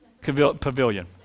Pavilion